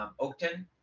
oakton